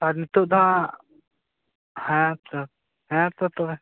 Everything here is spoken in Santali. ᱟᱨ ᱢᱤᱛᱳᱜ ᱫᱚ ᱦᱟᱸᱜ ᱦᱮᱸᱛᱚ ᱦᱮᱸᱛᱚ ᱛᱚᱵᱮ